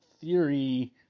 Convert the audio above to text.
theory